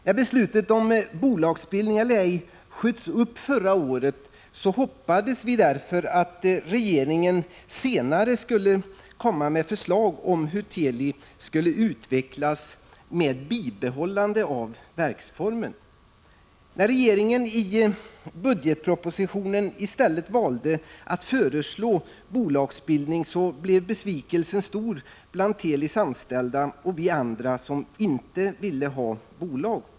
När beslutet om bolagsbildning eller ej sköts upp förra året hoppades vi att regeringen senare skulle lägga fram förslag om hur Teli skulle utvecklas med bibehållande av verksformen. När regeringen i budgetpropositionen i stället valde att föreslå bolagsbildning blev besvikelsen stor bland Telis anställda och oss andra som inte ville ha bolag.